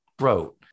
wrote